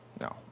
No